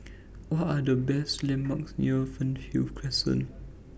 What Are The landmarks near Fernhill Crescent